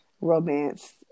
romance